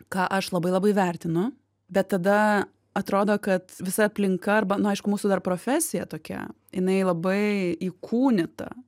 ką aš labai labai vertinu bet tada atrodo kad visa aplinka arba nu aišku mūsų dar profesija tokia jinai labai įkūnyta